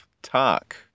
talk